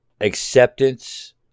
acceptance